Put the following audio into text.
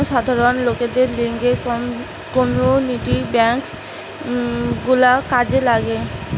জনসাধারণ লোকদের লিগে কমিউনিটি বেঙ্ক গুলা কাজে লাগে